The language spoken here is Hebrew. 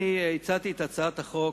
הצעתי את הצעת החוק,